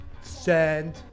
Send